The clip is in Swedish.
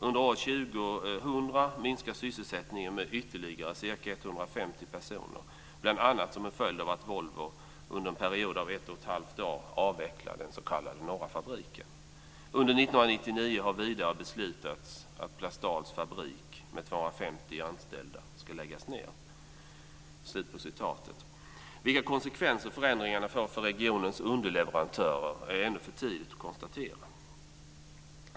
Under år 2000 minskar sysselsättningen med ytterligare cirka 150 personer bl.a. som en följd av att Volvo under en period av ett och ett halvt år avvecklar den s.k. norra fabriken. Under Vilka konsekvenser förändringarna får för regionens underleverantörer är ännu för tidigt att konstatera.